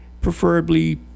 preferably